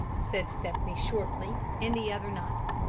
said stepney shortly, and the other nodded.